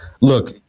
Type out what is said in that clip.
Look